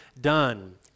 done